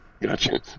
Gotcha